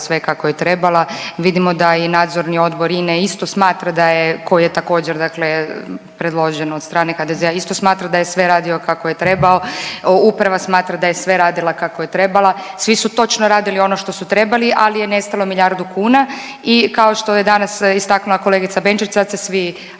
sve kako je trebala. Vidimo da i nadzorni odbor INE isto smatra da je, koji je također dakle predložen od strane HDZ-a, isto smatra da je sve radio kako je trebao. Uprava smatra da je sve radila kako je trebala. Svi su točno radili ono što su trebali, ali je nestalo milijardu kuna. I kao što je danas istaknula kolegica Benčić sad se svi